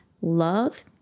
love